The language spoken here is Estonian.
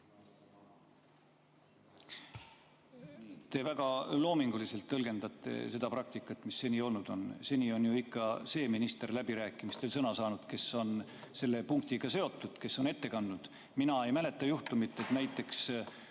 Te väga loominguliselt tõlgendate ka senist praktikat, mis siin seni on olnud. Seni on ikka see minister läbirääkimistel sõna saanud, kes on selle punktiga seotud, kes on ettekande teinud. Mina ei mäleta juhtumit, et näiteks